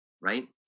right